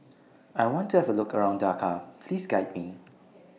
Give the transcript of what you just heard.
I want to Have A Look around Dakar Please Guide Me